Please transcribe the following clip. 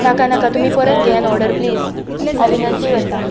नाका नाका तुमी परत घेयात ऑर्डर प्लिज हांव विनंती करता